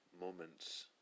Moments